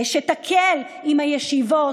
שתקל על הישיבות,